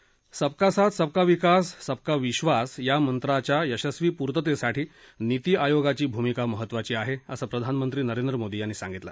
सबका साथ सबका विकास सबका विक्वास या मंत्राच्या यशस्वी पूर्ततेसाठी नीती आयोगाची भूमिका महत्त्वाची आहे असं प्रधानमंत्री नरेंद्र मोदी यांनी सांगितलं